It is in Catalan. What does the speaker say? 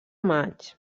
maig